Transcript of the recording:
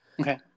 Okay